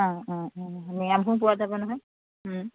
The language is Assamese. অঁ অঁ অঁ মিঞা মানুহ পোৱা যাব নহয়